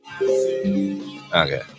Okay